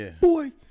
boy